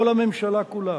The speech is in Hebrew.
או לממשלה כולה.